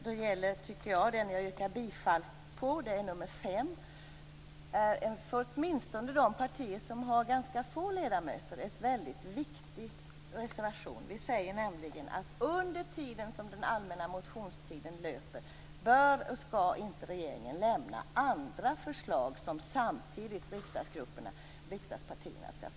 Den jag yrkar bifall till, nr 5, är en för åtminstone de partier som har ganska få ledamöter en väldigt viktig reservation. Vi säger nämligen att under tiden som den allmänna motionstiden löper bör och skall inte regeringen lämna andra förslag som riksdagspartierna samtidigt skall svara på.